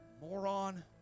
Moron